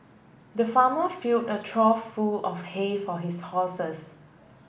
the farmer fill a trough full of hay for his horses